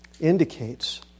indicates